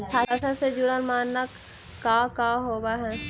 फसल से जुड़ल मानक का का होव हइ?